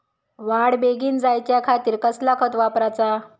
वाढ बेगीन जायच्या खातीर कसला खत वापराचा?